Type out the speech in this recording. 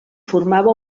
formava